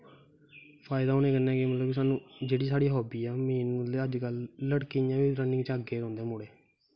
फायदा होने कन्नै मतलब कि सानूं जेह्ड़ी साढ़ी हाव्वी ऐ मेन अजकल्ल लड़कियें अल्ल झांके दे रौंह्दे मुड़े